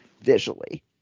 visually